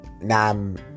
Nam